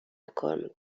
میکنم